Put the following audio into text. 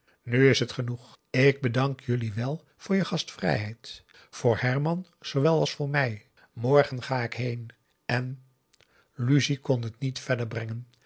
nu is het genoeg ik bedank jullie wel voor je gastvrijheid voor herman zoowel als voor mij morgen ga ik heen en lucie kon het niet verder brengen